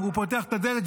הוא פותח את הדלת,